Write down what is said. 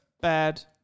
bad